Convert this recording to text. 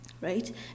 right